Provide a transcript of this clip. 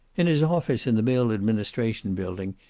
in his office in the mill administration building,